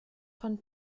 von